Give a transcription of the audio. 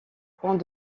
points